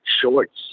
shorts